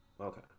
okay